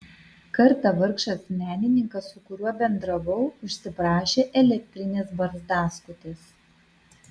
kartą vargšas menininkas su kuriuo bendravau užsiprašė elektrinės barzdaskutės